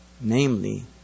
namely